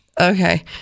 okay